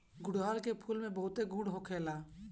गुड़हल के फूल में बहुते गुण होखेला